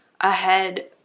ahead